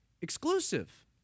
exclusive